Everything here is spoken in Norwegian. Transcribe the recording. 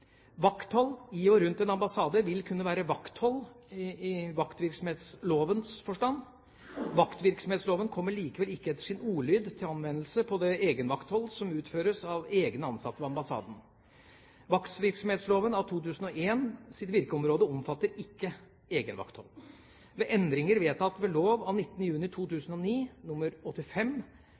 Vakthold i og rundt en ambassade vil kunne være vakthold i vaktvirksomhetslovens forstand. Vaktvirksomhetsloven kommer likevel ikke etter sin ordlyd til anvendelse på det egenvakthold som utføres av egne ansatte ved ambassaden. Vaktvirksomhetsloven av 2001s virkeområde omfatter ikke egenvakthold. Ved endringer vedtatt ved lov av 19. juni 2009 nr. 85,